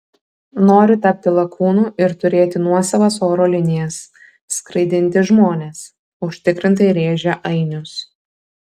noriu tapti lakūnu ir turėti nuosavas oro linijas skraidinti žmones užtikrintai rėžė ainius